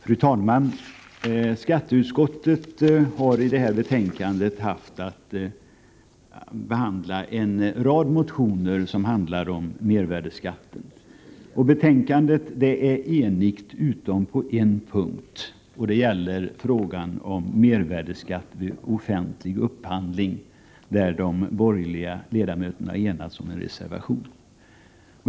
Fru talman! Skatteutskottet behandlar i detta betänkande en rad motioner som handlar om mervärdeskatten. Betänkandet är enhälligt utom på en punkt, och det gäller frågan om mervärdeskatt vid offentlig upphandling, där de borgerliga ledamöterna enats om en reservation.